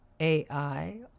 AI